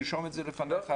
תרשום את זה לפניך.